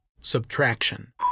Subtraction